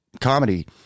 comedy